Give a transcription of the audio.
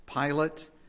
Pilate